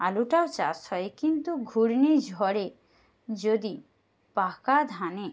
আলুটাও চাষ হয় কিন্তু ঘূর্ণি ঝড়ে যদি পাকা ধানে